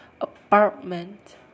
apartment